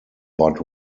but